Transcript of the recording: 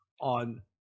on